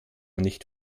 nicht